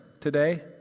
today